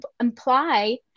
imply